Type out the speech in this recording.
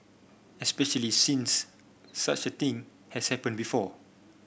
especially since such a thing has happened before